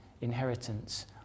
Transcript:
inheritance